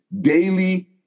daily